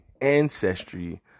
ancestry